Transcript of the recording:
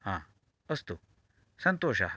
आ अस्तु सन्तोषः